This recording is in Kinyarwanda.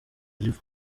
riva